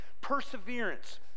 perseverance